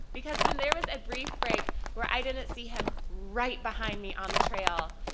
because when there was a brief break where i didn't see him right behind me on the trail,